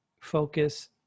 focus